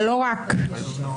ולא רק בציבור.